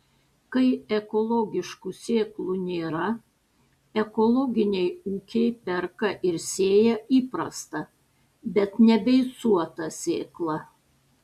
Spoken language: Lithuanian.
kai ekologiškų sėklų nėra ekologiniai ūkiai perka ir sėja įprastą bet nebeicuotą sėklą